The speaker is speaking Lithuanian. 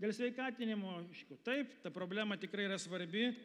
dėl sveikatinimo aišku taip ta problema tikrai yra svarbi